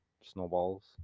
Snowballs